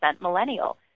millennial